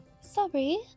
Sorry